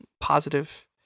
positive